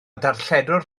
darlledwr